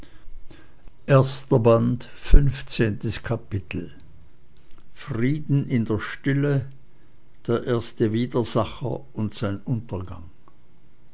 fünfzehntes kapitel frieden in der stille der erste widersacher und sein untergang